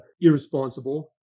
irresponsible